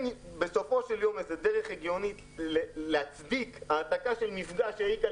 בסופו של יום אין דרך הגיונית להצדיק העתקה של מפגע שהיה על